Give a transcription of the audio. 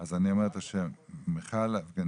אז אני אומר את השם מיכל אבגנים,